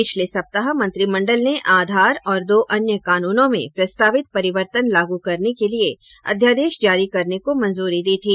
पिछले सप्ताह मंत्रिमंडल ने आधार और दो अन्य कानूनों में प्रस्तावित परिवर्तन लागू करने के लिए अध्यादेश जारी करने को मंजूरी दी थी